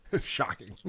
shocking